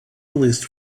released